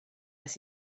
las